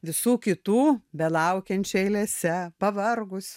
visų kitų belaukiančių eilėse pavargus